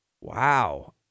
Wow